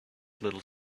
little